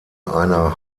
einer